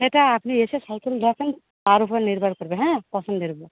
এটা আপনি এসে সাইকেল দেখেন তার উপর নির্ভর করবে হ্যাঁ পছন্দের উপর